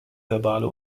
verbale